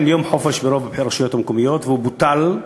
יום חופש ברוב הרשויות המקומיות והוא בוטל,